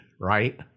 right